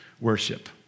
worship